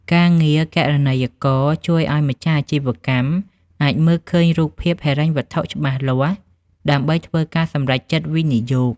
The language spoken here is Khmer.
ការងារគណនេយ្យករជួយឱ្យម្ចាស់អាជីវកម្មអាចមើលឃើញរូបភាពហិរញ្ញវត្ថុច្បាស់លាស់ ដើម្បីធ្វើការសម្រេចចិត្តវិនិយោគ។